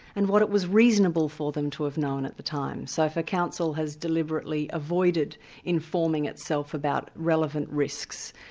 and what it was reasonable for them to have known at the time. so if a council has deliberately avoided informing itself about relevant risks,